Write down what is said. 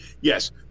Yes